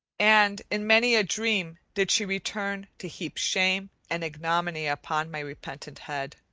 and in many a dream did she return to heap shame and ignominy upon my repentant head.